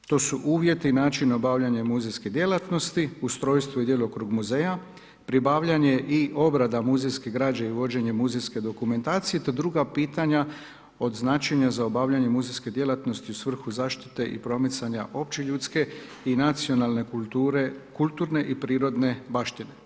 To su uvjeti i način obavljanja muzejske djelatnosti, ustrojstvo i djelokrug muzeja, pribavljanje i obrada muzejske građe i vođenje muzejske dokumentacije, te druga pitanja od značenja za obavljanje muzejske djelatnosti u svrhu zaštite i promicanja opće ljudske i nacionalne kulture, kulturne i prirodne baštine.